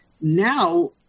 now